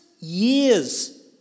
years